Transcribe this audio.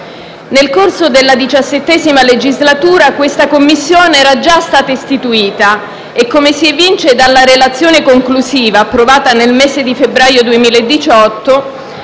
Nel corso della XVII legislatura questa Commissione era già stata istituita e - come si evince dalla relazione conclusiva, approvata nel mese di febbraio 2018